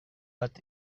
bat